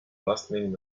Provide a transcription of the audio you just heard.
bustling